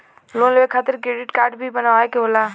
Loan लेवे खातिर credit काडे भी बनवावे के होला?